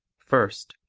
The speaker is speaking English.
first